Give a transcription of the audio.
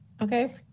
okay